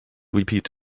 repeat